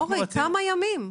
אורי, כמה ימים?